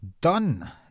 done